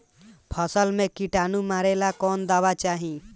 फसल में किटानु मारेला कौन दावा चाही?